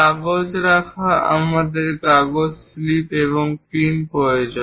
কাগজ রাখা আমরা কাগজ ক্লিপ এবং পিন প্রয়োজন